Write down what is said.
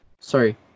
sorry